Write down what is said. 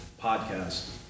podcast